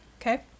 Okay